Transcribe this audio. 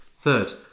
Third